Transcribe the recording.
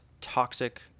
toxic